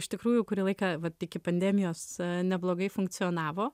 iš tikrųjų kurį laiką vat iki pandemijos neblogai funkcionavo